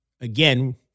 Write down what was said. again